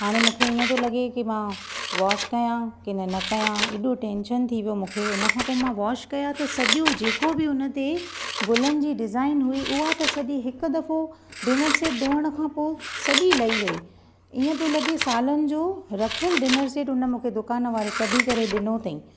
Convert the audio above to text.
हाणे मूंखे हीअं थो लॻे मां वॉश कयां या न कयां हेॾो टेंशन थी वियो मूंखे हुन खां पोइ मां वॉश कयां त सॼो जेको बि हुन ते गुलनि जी डिजाइन हुई उहा त सॼी हिकु दफ़ो डिनर सेट धोअण खां पोइ सॼी लही वई इअं पियो लॻे सालनि जो रखियलु डिनर सेट हुन मूंखे दुकानु वारे कढी करे ॾिनो अथाईं